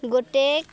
ଗୋଟେ